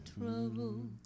trouble